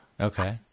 Okay